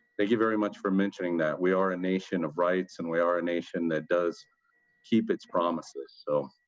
thank you very much for mentioning that. we are a nation of rights, and we are a nation that does keep its promises. so,